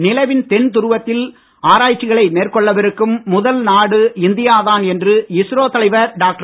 நிலவின் தென்துருவத்தில் ஆராய்ச்சிகளை மேற்கொள்ளவிருக்கும் முதல் நாடு இந்தியா தான் என்று இஸ்ரோ தலைவர் டாக்டர்